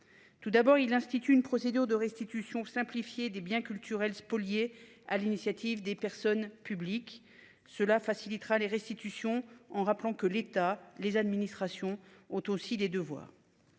Tout d'abord il l'institut une procédure de restitution simplifiée des biens culturels spoliés à l'initiative des personnes publiques cela facilitera les restitutions en rappelant que l'État, les administrations ont aussi des devoirs.